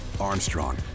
Armstrong